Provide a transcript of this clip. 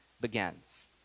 begins